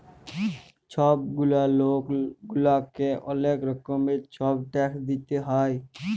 ছব গুলা লক গুলাকে অলেক রকমের ছব ট্যাক্স দিইতে হ্যয়